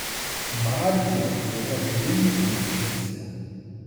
magnio yra klintmilčiuose